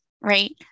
Right